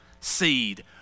seed